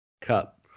Cut